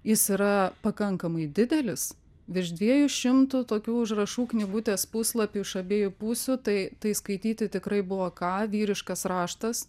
jis yra pakankamai didelis virš dviejų šimtų tokių užrašų knygutės puslapių iš abiejų pusių tai tai skaityti tikrai buvo ką vyriškas raštas